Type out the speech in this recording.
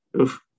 oof